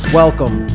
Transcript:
welcome